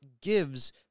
gives